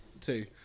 two